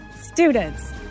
students